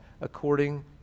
according